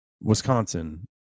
Wisconsin